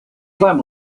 plan